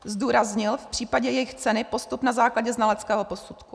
Zdůraznil v případě jejich ceny postup na základě znaleckého posudku.